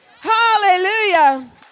Hallelujah